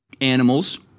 animals